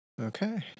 okay